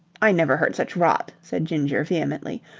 i never heard such rot, said ginger vehemently.